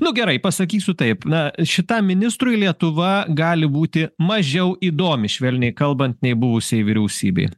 nu gerai pasakysiu taip na šitam ministrui lietuva gali būti mažiau įdomi švelniai kalbant nei buvusiai vyriausybei